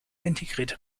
integrierte